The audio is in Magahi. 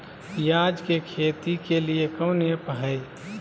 प्याज के खेती के लिए कौन ऐप हाय?